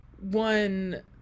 one